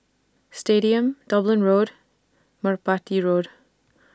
Stadium Dublin Road Merpati Road